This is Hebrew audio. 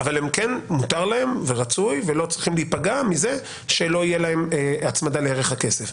מותר להם ורצוי ולא צריכים להיפגע מזה שלא תהיה להם הצמדה לערך הכסף.